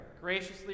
Graciously